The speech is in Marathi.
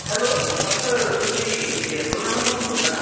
हॅलो म्हटलं तुमी या गुरुनानकमधून बोलता का